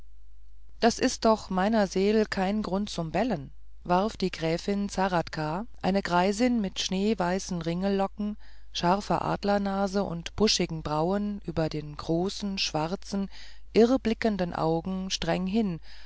das ist doch meiner seel kein grund nicht zum bellen warf die gräfin zahradka eine greisin mit schneeweißen ringellocken scharfer adlernase und buschigen brauen über den großen schwarzen irrblickenden augen streng hin